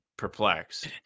perplexed